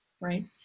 right